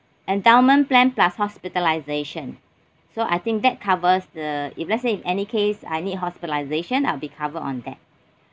endowment plan plus hospitalisation so I think that covers the if let's say in any case I need hospitalisation I'll be covered on that